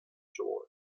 joy